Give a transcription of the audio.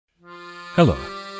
Hello